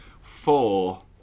four